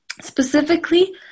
Specifically